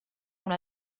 una